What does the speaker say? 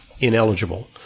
ineligible